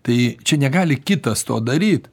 tai čia negali kitas to daryt